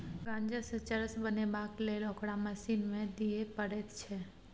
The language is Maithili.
गांजासँ चरस बनेबाक लेल ओकरा मशीन मे दिए पड़ैत छै